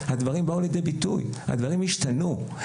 באו לידי ביטוי והשתנו.